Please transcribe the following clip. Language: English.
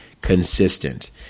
consistent